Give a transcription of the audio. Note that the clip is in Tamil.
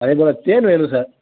அதே போல் தேன் வேணும் சார்